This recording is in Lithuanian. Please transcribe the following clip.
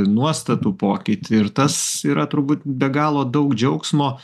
nuostatų pokytį ir tas yra turbūt be galo daug džiaugsmo